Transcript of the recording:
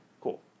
Cool